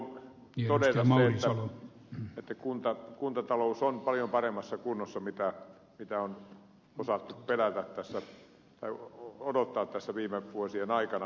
on todella ilo todeta se että kuntatalous on paljon paremmassa kunnossa kuin on osattu odottaa tässä viime vuosien aikana